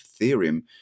Ethereum